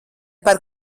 par